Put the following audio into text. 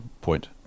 point